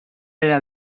allà